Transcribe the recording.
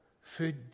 food